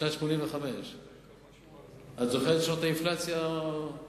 בשנת 1985. את זוכרת את האינפלציה המפורסמת?